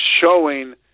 showing